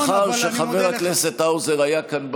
מאחר שחבר הכנסת האוזר היה כאן בבניין,